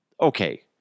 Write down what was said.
okay